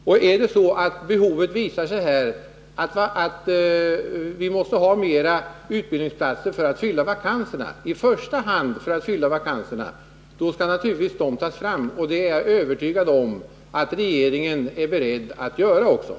Om det visar sig att det finns behov av fler utbildningsplatser i första hand för att fylla vakanser, skall naturligtvis sådana platser tas fram. Jag är övertygad om att regeringen också är beredd att göra det.